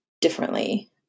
differently